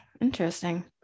interesting